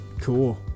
Cool